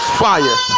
fire